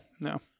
No